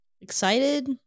Excited